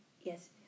Yes